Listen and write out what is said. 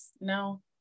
no